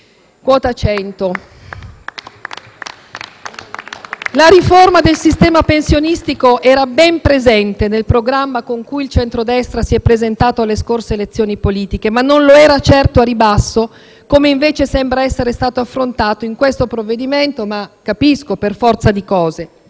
Quota 100: la riforma del sistema pensionistico era ben presente nel programma con cui il centrodestra si è presentato alle scorse elezioni politiche, ma non lo era certo al ribasso, come, invece, sembra essere stato affrontato in questo provvedimento. Capisco, però, che così